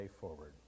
forward